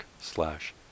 slash